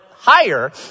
higher